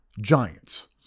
Giants